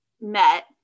met